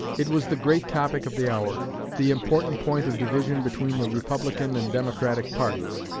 it was the great topic of the hour the important point of division between the republican and democratic parties.